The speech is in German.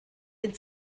den